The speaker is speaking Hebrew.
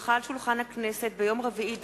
כי הונחה על שולחן הכנסת ביום רביעי,